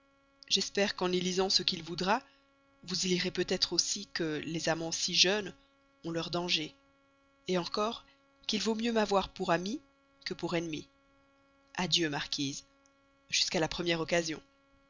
j'espère qu'en y lisant tout ce qu'il voudra vous y lirez peut-être aussi que les amants si jeunes ont leurs dangers encore qu'il vaut mieux m'avoir pour ami que pour ennemi adieu marquise jusqu'à la première occasion